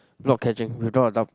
block catching without a doubt